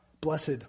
blessed